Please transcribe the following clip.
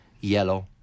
yellow